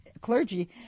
clergy